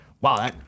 wow